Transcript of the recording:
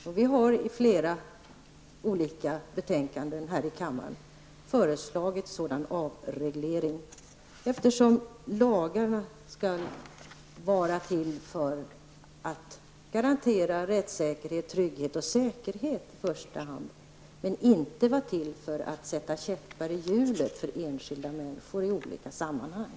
Och vi har i flera olika betänkanden föreslagit sådan avreglering, eftersom lagarna skall vara till för att i första hand garantera rättssäkerhet, trygghet och säkerhet och inte vara till för att sätta käppar i hjulet för enskilda människor i olika sammanhang.